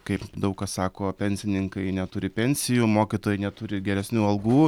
kaip daug kas sako pensininkai neturi pensijų mokytojai neturi geresnių algų